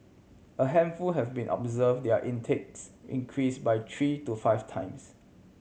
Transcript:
a handful have even observe their intakes increase by three to five times